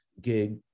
gig